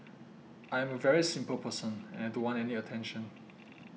I am a very simple person and I don't want any attention